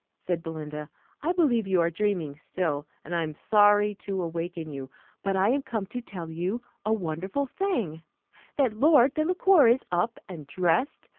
said belinda i believe you are dreaming still, and i am sorry to awaken you but i am come to tell you a wonderful thing that lord delacour is up, and dressed,